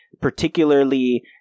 particularly